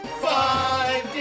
five